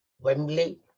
Wembley